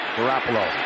Garoppolo